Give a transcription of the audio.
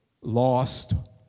lost